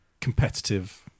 competitive